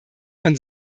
von